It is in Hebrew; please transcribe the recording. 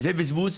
זה בזבוז.